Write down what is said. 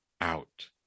out